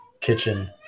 kitchen